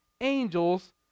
angels